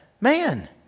man